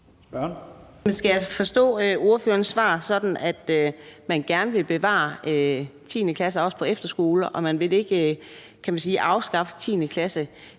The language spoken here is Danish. Skal jeg forstå ordførerens svar sådan, at man gerne vil bevare 10. klasse, også på efterskoler, og at man ikke vil afskaffe 10. klasse?